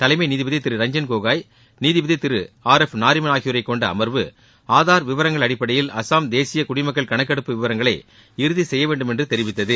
தலைமை நீதிபதி திரு ரஞ்சன்கோகோய் நீதிபதி திரு ஆர் எஃப் நாரிமன் ஆகியோரைக் கொண்ட அமர்வு ஆதார் விவரங்கள் அடிப்படையில் அசாம் தேசிய குடிமக்கள் கணக்கெடுப்பு விவரங்களை இறுதி செய்ய வேண்டும் என்று தெரிவித்தது